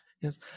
Yes